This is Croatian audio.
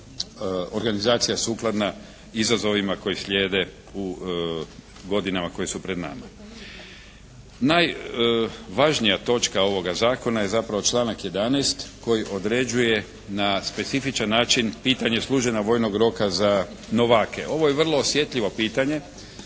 organizacija sukladna izazovima koji slijede u godinama koje su pred nama. Najvažnija točka ovoga zakona je zapravo članak 11. koji određuje na specifičan način pitanja služenja vojnog roka za novake. Ovo je vrlo osjetljivo pitanje